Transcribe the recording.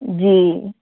جی